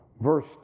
Verse